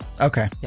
Okay